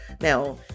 Now